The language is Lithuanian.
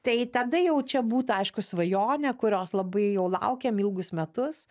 tai tada jau čia būtų aišku svajonė kurios labai jau laukiam ilgus metus